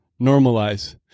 normalize